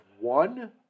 one